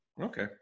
Okay